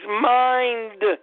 mind